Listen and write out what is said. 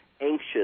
anxious